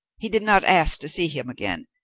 he did not ask to see him again,